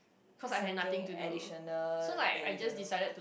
something additional that you don't know